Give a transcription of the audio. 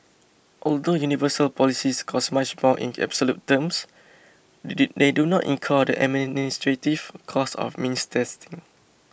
although universal policies cost much more in absolute terms they do not incur the administrative costs of means testing